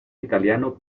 italiano